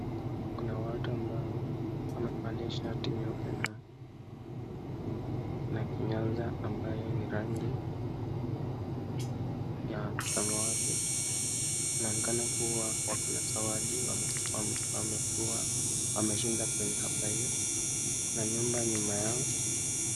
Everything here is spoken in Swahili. Kuna watu ambao wamevalia shati nyeupe na kinyasa ambayo ni rangi ya samawati inaonekana kuwa wako na zawadi na wamekuwa wameshinda kwenye hafla hii, kuna nyumba nyuma yao.